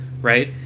right